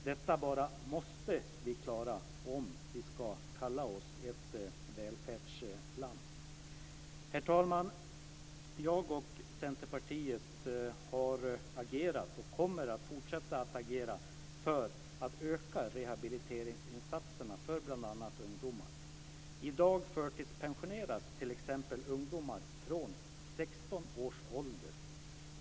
Detta bara måste vi klara om vi ska kunna kalla oss ett välfärdsland. Herr talman! Jag och Centerpartiet har agerat och kommer att fortsätta att agera för att öka rehabiliteringsinsatserna för bl.a. ungdomar. I dag förtidspensioneras t.ex. ungdomar från 16 års ålder.